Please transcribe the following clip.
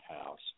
House